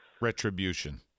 retribution